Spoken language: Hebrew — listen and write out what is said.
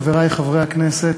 חברי חברי הכנסת,